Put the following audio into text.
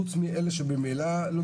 חוץ מאלה שממילא,